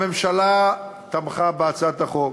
הממשלה תמכה בהצעת החוק.